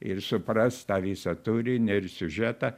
ir supras tą visą turinį ir siužetą